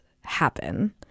happen